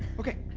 okay